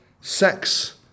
Sex